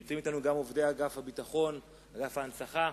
נמצאים אתנו גם עובדי ענף הביטחון, ענף ההנצחה,